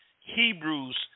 Hebrews